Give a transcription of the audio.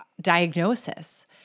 diagnosis